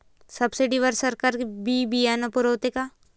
Subsidy वर सरकार बी बियानं पुरवते का?